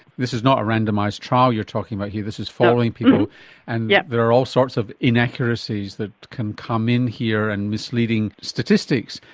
this is not a randomised trial you're talking about here this is following people and yeah there are all sorts of inaccuracies that can come in here and misleading statistics.